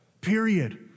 period